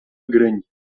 grande